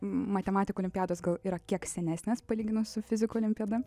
matematikų olimpiados gal yra kiek senesnės palyginus su fizikų olimpiada